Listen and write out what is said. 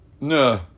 No